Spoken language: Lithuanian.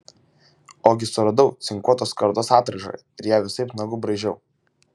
ogi suradau cinkuotos skardos atraižą ir ją visaip nagu braižiau